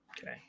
Okay